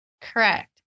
Correct